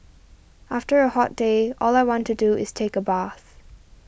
after a hot day all I want to do is take a bath